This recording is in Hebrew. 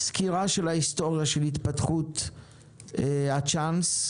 סקירת ההיסטוריה של התפתחות הצ'אנס,